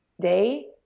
day